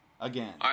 Again